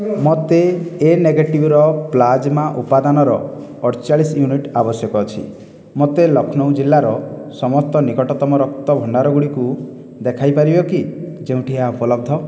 ମୋତେ ଏ ନେଗେଟିଭ୍ର ପ୍ଲାଜମା ଉପାଦାନର ଅଠଚାଳିଶ ୟୁନିଟ୍ ଆବଶ୍ୟକ ଅଛି ମୋତେ ଲକ୍ଷ୍ନୌ ଜିଲ୍ଲାର ସମସ୍ତ ନିକଟତମ ରକ୍ତଭଣ୍ଡାର ଗୁଡ଼ିକୁ ଦେଖାଇ ପାରିବ କି ଯେଉଁଠି ଏହା ଉପଲବ୍ଧ